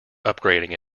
upgrading